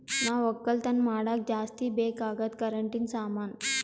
ನಾವ್ ಒಕ್ಕಲತನ್ ಮಾಡಾಗ ಜಾಸ್ತಿ ಬೇಕ್ ಅಗಾದ್ ಕರೆಂಟಿನ ಸಾಮಾನು